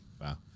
Wow